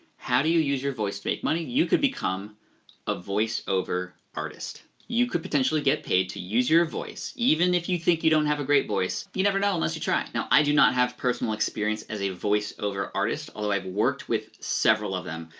how do you use your voice to make money? you could become ah a voiceover artist. you could potentially get paid to use your voice, even if you think you don't have a great voice, you never know unless you try. now i do not have personal experience as a voiceover artist, although i've worked with several of them.